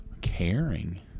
Caring